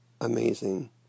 amazing